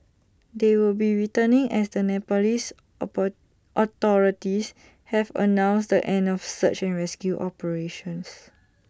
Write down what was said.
they will be returning as the Nepalese authorities have announced the end of search and rescue operations